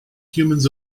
humans